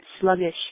sluggish